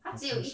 of course